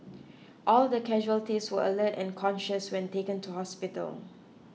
all the casualties were alert and conscious when taken to hospital